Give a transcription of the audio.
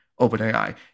OpenAI